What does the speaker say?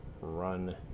run